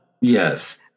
Yes